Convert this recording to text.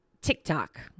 TikTok